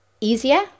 easier